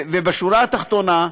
בשורה התחתונה,